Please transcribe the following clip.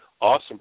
awesome